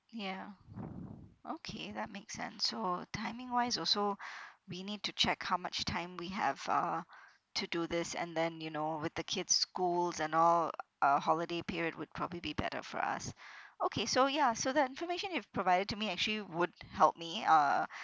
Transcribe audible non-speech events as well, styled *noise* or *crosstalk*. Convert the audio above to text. yeah okay that makes sense so timing wise also *breath* we need to check how much time we have uh to do this and then you know with the kids' schools and all uh holiday period would probably be better for us okay so ya so the information you've provided to me actually would help me uh